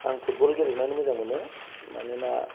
आं फुटबल गेलेनानै मोजां मोनो मानोना